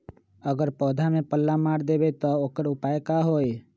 अगर पौधा में पल्ला मार देबे त औकर उपाय का होई?